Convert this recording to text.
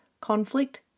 conflict